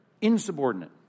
insubordinate